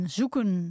zoeken